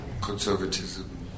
conservatism